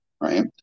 Right